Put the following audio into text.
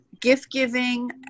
gift-giving